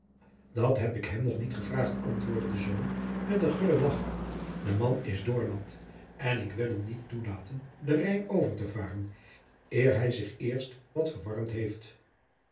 dat heb ik hum nog niet evraogd antwoordde de zoon met een gullen lagch de man is doornat en ik wil hum niet toelaten den rijn overtevaoren eer hum zich eerst wat ewarmt heit